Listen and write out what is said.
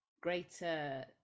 greater